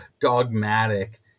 dogmatic